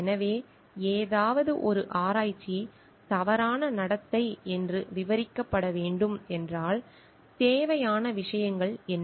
எனவே ஏதாவது ஒரு ஆராய்ச்சி தவறான நடத்தை என்று விவரிக்கப்பட வேண்டும் என்றால் தேவையான விஷயங்கள் என்ன